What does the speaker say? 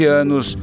anos